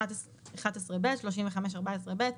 מס"ד טור א' טור ב' העבירה סכומים בשקלים "(11ב) 35(14ב)